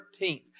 13th